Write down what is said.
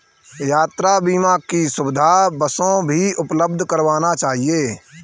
यात्रा बीमा की सुविधा बसों भी उपलब्ध करवाना चहिये